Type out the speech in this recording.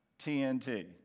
TNT